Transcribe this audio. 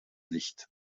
licht